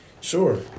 sure